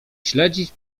śledzić